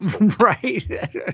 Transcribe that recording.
Right